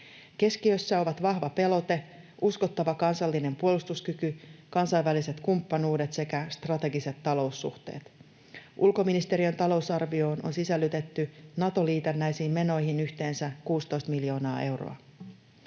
Keskiössä ovat vahva pelote, uskottava kansallinen puolustuskyky, kansainväliset kumppanuudet sekä strategiset taloussuhteet. Ulkoministeriön talousarvioon on sisällytetty Nato-liitännäisiin menoihin yhteensä 16 miljoonaa euroa.